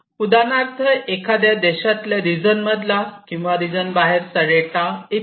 उदाहरणार्थ एखाद्या देशातला रिजन मधला किंवा रिजन बाहेरचा डेटा इत्यादी